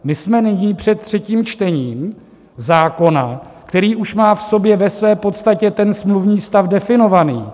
My jsme nyní před třetím čtením zákona, který už má v sobě ve své podstatě ten smluvní stav definovaný.